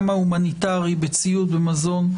גם ההומינטרי בציוד ומזון,